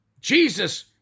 Jesus